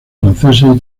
franceses